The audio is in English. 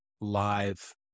live